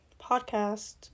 podcast